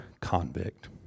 convict